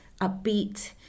upbeat